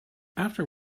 after